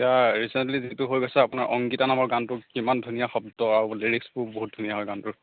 এতিয়া ৰিচেণ্টলি যিটো হৈ গৈছে আপোনাৰ অংকিতা নামৰ গানটো কিমান ধুনীয়া শব্দ আৰু লিৰিক্ছবোৰ বহুত ধুনীয়া হয় গানটোৰ